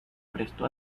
prestó